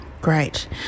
Great